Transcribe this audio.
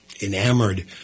enamored